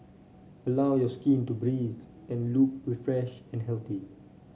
allow your skin to breathe and look refreshed and healthy